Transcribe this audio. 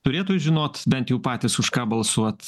turėtų žinot bent jau patys už ką balsuot